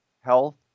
health